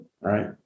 right